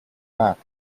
back